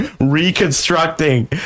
reconstructing